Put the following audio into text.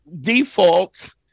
default